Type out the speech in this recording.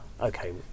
Okay